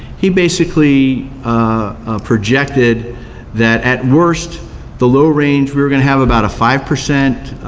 he basically projected that at worst the low range, we were gonna have about a five percent